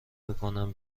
میکنن